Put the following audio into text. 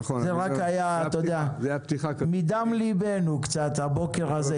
זה היה מדם ליבנו הבוקר הזה.